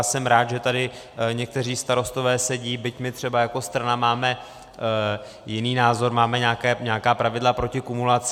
Jsem rád, že tady někteří starostové sedí, byť my třeba jako strana máme jiný názor a máme nějaká pravidla pro ty kumulace.